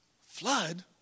Flood